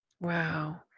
Wow